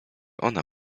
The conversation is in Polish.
ona